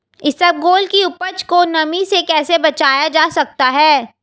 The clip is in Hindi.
इसबगोल की उपज को नमी से कैसे बचाया जा सकता है?